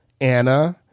Anna